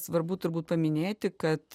svarbu turbūt paminėti kad